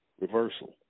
reversal